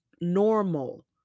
normal